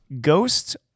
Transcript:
Ghost's